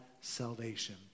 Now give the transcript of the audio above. salvation